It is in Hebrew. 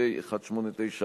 הכנסת.